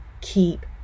keep